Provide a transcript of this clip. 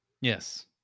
yes